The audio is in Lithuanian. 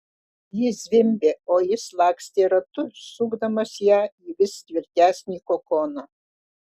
ji zvimbė o jis lakstė ratu sukdamas ją į vis tvirtesnį kokoną